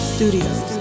Studios